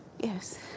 yes